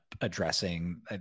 addressing